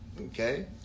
okay